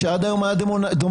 שעד היום היה דומיננטי,